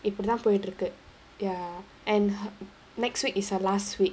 இப்பிடிதா போய்ட்டிருக்கு:ippidithaa poittirukku ya and her next week is her last week